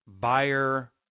buyer